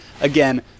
again